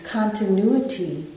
continuity